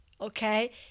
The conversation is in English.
okay